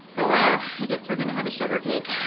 oh well, i guess we're gonna have a sugar cake.